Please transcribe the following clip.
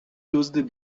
دزد